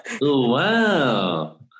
Wow